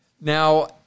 Now